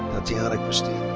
tatiana christine